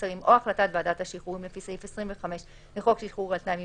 קצרים או החלטת ועדת השחרורים לפי סעיף 25 לחוק שחרור על תנאי ממאסר,